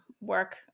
work